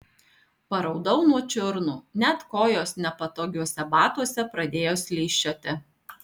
paraudau nuo čiurnų net kojos nepatogiuose batuose pradėjo slysčioti